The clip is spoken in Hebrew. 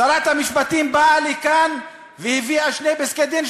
שרת המשפטים באה לכאן והביאה שני פסקי-דין,